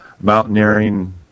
mountaineering